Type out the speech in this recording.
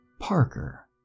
Parker